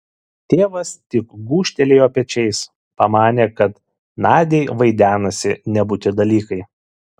tėvas tik gūžtelėjo pečiais pamanė kad nadiai vaidenasi nebūti dalykai